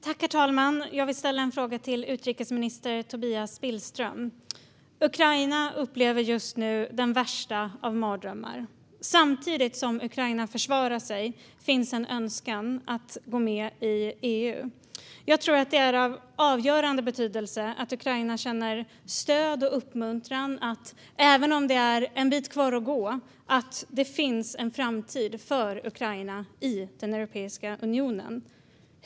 Herr talman! Jag vill ställa en fråga till utrikesminister Tobias Billström. Ukraina upplever just nu den värsta av mardrömmar. Samtidigt som Ukraina försvarar sig finns en önskan att gå med i EU. Jag tror att det är av avgörande betydelse att Ukraina känner stöd och uppmuntran. Även om det är en bit kvar att gå är det viktigt att Ukraina känner att det finns en framtid för landet i Europeiska unionen.